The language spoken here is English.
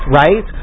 right